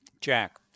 Jack